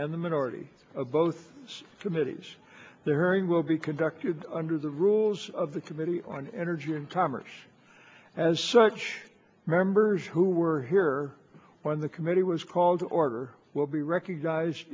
and the minority of both committees there you will be conducted under the rules of the committee on energy and commerce as such members who were here when the committee was called order will be recognized